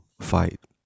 fight